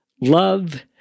Love